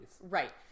Right